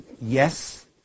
Yes